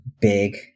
big